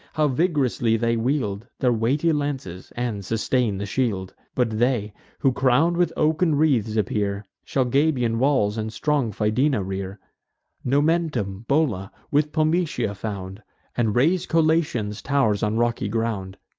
how vig'rously they wield their weighty lances, and sustain the shield! but they, who crown'd with oaken wreaths appear, shall gabian walls and strong fidena rear nomentum, bola, with pometia, found and raise collatian tow'rs on rocky ground.